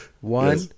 One